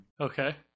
okay